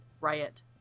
Riot